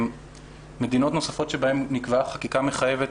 מדינות נוספות שבהן נקבעה חקיקה מחייבת: